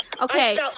Okay